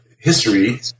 history